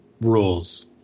rules